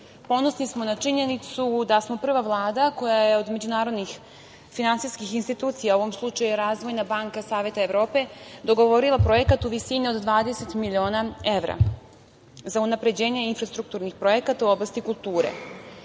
Evrope. Ponosni smo na činjenicu da smo prva Vlada koja je od međunarodnih finansijskih institucija, u ovom slučaju Razvojna banka Saveta Evrope dogovorila projekat u visini od 20 miliona evra za unapređenje infrastrukturnih projekata u oblasti kulture. Kada